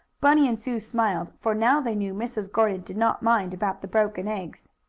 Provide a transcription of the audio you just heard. bunny and sue smiled, for now they knew mrs. gordon did not mind about the broken eggs.